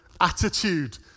attitude